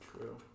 True